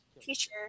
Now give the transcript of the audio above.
teacher